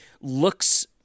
looks